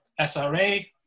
SRA